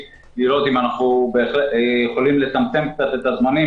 לראות אם אנחנו יכולים לצמצם קצת את הזמנים,